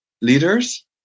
leaders